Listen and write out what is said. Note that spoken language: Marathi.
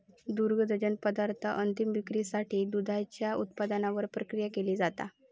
दुग्धजन्य पदार्थांच्या अंतीम विक्रीसाठी दुधाच्या उत्पादनावर प्रक्रिया केली जाता